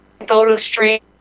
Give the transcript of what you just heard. PhotoStream